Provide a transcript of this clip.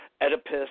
Oedipus